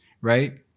right